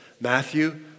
Matthew